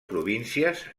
províncies